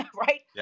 right